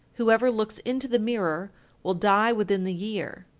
whoever looks into the mirror will die within the year.